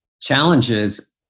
challenges